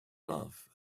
love